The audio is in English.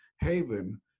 haven